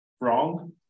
wrong